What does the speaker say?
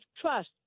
trust